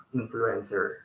influencer